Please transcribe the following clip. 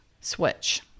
switch